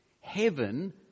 Heaven